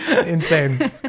Insane